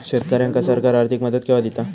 शेतकऱ्यांका सरकार आर्थिक मदत केवा दिता?